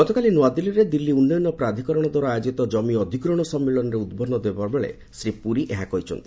ଗତକାଲି ନୂଆଦିଲ୍ଲୀରେ ଦିଲ୍ଲୀ ଉନ୍ନୟନ ପ୍ରାଧିକରଣ ଦ୍ୱାରା ଆୟୋଜିତ କମି ଅଧିଗ୍ରହଣ ସମ୍ମିଳନୀରେ ଉଦ୍ବୋଧନ ଦେଲାବେଳେ ଶ୍ରୀ ପୁରୀ ଏହା କହିଛନ୍ତି